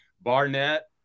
Barnett